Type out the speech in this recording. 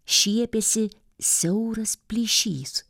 šiepėsi siauras plyšys